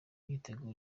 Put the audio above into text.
imyiteguro